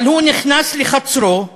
אבל הוא נכנס לחצרו,